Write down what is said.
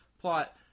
plot